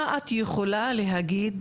מה את יכולה להגיד,